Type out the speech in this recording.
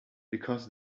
because